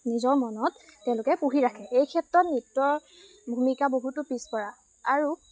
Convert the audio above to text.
নিজৰ মনত তেওঁলোকে পুহি ৰাখে এই ক্ষেত্ৰত নৃত্যৰ ভূমিকা বহুতো পিছপৰা আৰু